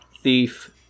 thief